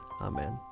Amen